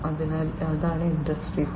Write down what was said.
അതിനാൽ അതാണ് ഇൻഡസ്ട്രി 4